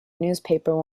newspaper